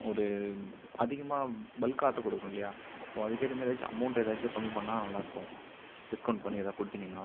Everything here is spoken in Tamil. ஒரு அதிகமாக பல்க் ஆட்ரு கொடுக்றோம் இல்லையா ஸோ அதுக்கேற்ற மாதிரி ஏதாச்சும் அமௌன்ட் ஏதாச்சும் கம்மி பண்ணா நல்லாயிருக்கும் டிஸ்கவுண்ட் பண்ணி ஏதாது கொடுத்திங்கன்னா